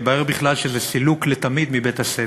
התברר בכלל שזה סילוק לתמיד מבית-הספר.